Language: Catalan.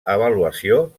avaluació